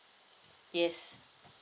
yes